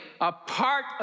apart